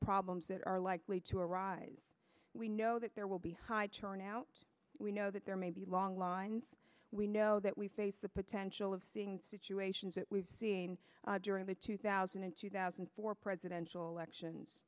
problems that are likely to arise we know that there will be high turnout we know that there may be long lines we know that we face the potential of seeing situations that we've seen during the two thousand and two thousand and four presidential elections